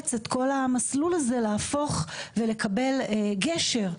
שיאלץ את כל המסלול הזה להפוך ולקבל גשר,